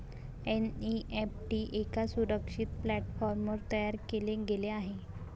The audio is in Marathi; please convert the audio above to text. एन.ई.एफ.टी एका सुरक्षित प्लॅटफॉर्मवर तयार केले गेले आहे